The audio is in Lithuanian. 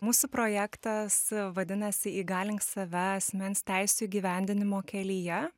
mūsų projektas vadinasi įgalink save asmens teisių įgyvendinimo kelyje